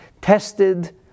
Tested